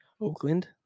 Oakland